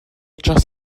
dros